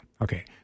Okay